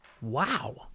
Wow